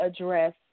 address